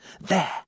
There